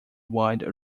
wide